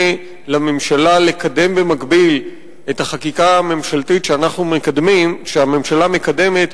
לממשלה לקדם במקביל את החקיקה הממשלתית שהממשלה מקדמת,